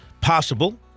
possible